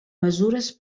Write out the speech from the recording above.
mesures